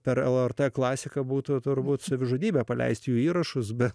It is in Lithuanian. per lrt klasiką būtų turbūt savižudybę paleisti jų įrašus be